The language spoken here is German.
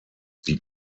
die